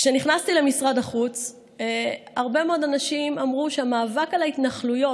כשנכנסתי למשרד החוץ הרבה מאוד אנשים אמרו שהמאבק על ההתנחלויות,